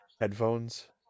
headphones